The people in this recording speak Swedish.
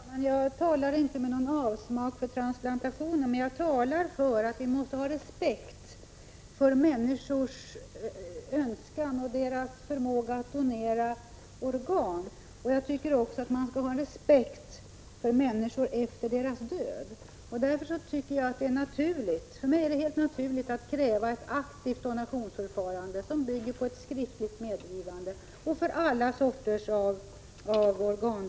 Fru talman! Jag talade inte med avsmak om transplantation, men jag talar för att vi måste ha respekt för människors önskan och deras förmåga att donera organ. Jag tycker också att man skall ha respekt för människor efter deras död. Därför är det helt naturligt för mig att kräva ett aktivt donationsförfarande som bygger på ett skriftligt medgivande, och det skall gälla alla sorters organdonation.